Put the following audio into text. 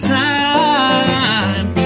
time